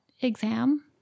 exam